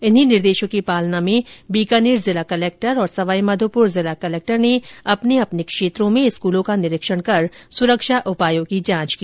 इन्हीं निर्देशों की पालना में बीकानेर जिला कलेक्टर और सवाई माधोप्र जिला कलेक्टर ने अपने अपने क्षेत्रों में स्कूलों का निरीक्षण कर सुरक्षा उपायों की जांच की